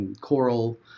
Coral